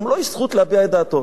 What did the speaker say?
גם לו יש זכות להביע את דעתו.